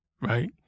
right